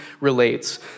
relates